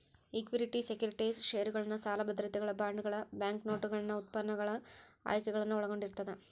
equity securities ಷೇರುಗಳನ್ನ ಸಾಲ ಭದ್ರತೆಗಳ ಬಾಂಡ್ಗಳ ಬ್ಯಾಂಕ್ನೋಟುಗಳನ್ನ ಉತ್ಪನ್ನಗಳು ಆಯ್ಕೆಗಳನ್ನ ಒಳಗೊಂಡಿರ್ತದ